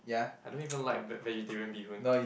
I don't even like ve~ vegetarian bee hoon